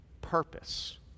purpose